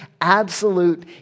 absolute